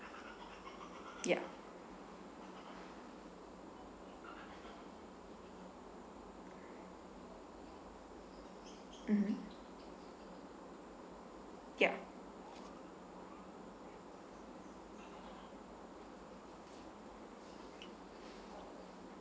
ya mmhmm ya